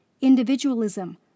individualism